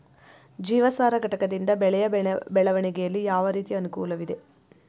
ಜೀವಸಾರ ಘಟಕದಿಂದ ಬೆಳೆಯ ಬೆಳವಣಿಗೆಯಲ್ಲಿ ಯಾವ ರೀತಿಯ ಅನುಕೂಲವಿದೆ?